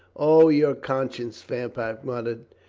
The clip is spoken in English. o, your conscience, fairfax muttered.